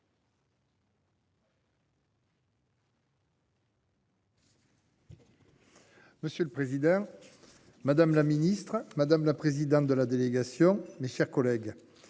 Monsieur le président. Madame la ministre, madame la présidente de la délégation. Mes chers collègues.